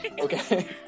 Okay